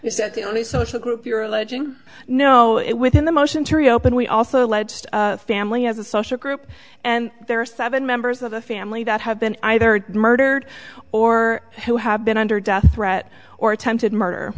is that the only social group you're alleging know it within the motion to reopen we also alleged family as a social group and there are seven members of the family that have been either murdered or who have been under death threat or attempted murder